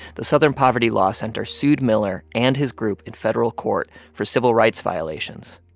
the southern poverty law center sued miller and his group in federal court for civil rights violations.